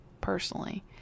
personally